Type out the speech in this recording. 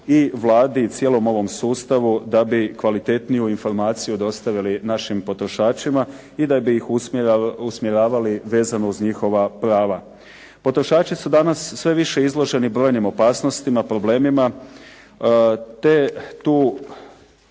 i Vladi i cijelom ovom sustavu da bi kvalitetniju informaciju dostavili našim potrošačima i da bi ih usmjeravali vezano uz njihova prava. Potrošači su danas sve više izloženi brojnim opasnostima, problemima te tu